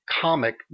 comic